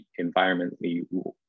environmentally